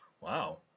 Wow